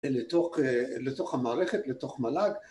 לתוך המערכת, לתוך מלאג